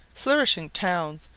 flourishing towns,